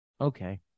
Okay